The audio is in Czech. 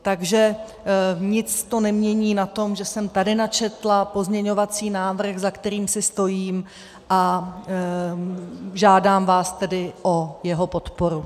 Takže nic to nemění na tom, že jsem tady načetla pozměňovací návrh, za kterým si stojím, a žádám vás tedy o jeho podporu.